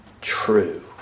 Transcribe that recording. true